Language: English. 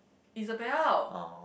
Isabel